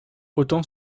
autant